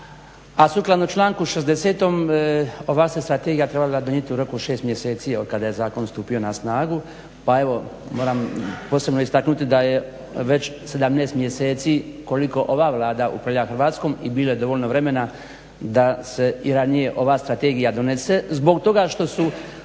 a sukladno članku 60. ova se strategija trebala donijeti u roku od 6 mjeseci od kada je zakon stupio na snagu. Pa evo moram posebno istaknuti da je već 17 mjeseci koliko ova Vlada upravlja Hrvatskom i bilo je dovoljno vremena da se i ranije ova strategija donese zbog toga što su